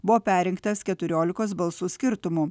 buvo perrinktas keturiolikos balsų skirtumu